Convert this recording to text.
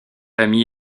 ami